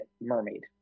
mermaid